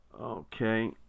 Okay